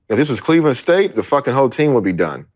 this is cleveland state. the fucking hell team will be done.